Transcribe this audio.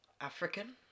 african